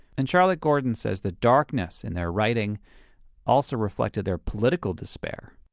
and charlotte gordon says the darkness in their writing also reflected their political despair.